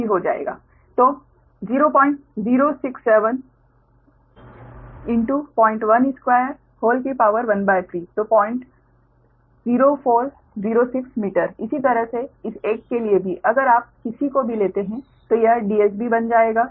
तो 00670067 09213 तो 00406 मीटर इसी तरह से इस एक के लिए भी अगर आप किसी को भी लेते हैं तो यह DSB बन जाएगा